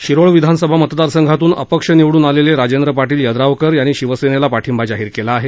शिरोळ विधानसभा मतदारसंघातून अपक्ष निवडुन आलेले राजेंद्र पाधील यद्रावकर यांनी शिवसेनेला पाठिंबा जाहीर केला आहे